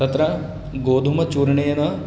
तत्र गोधूमचूर्णेन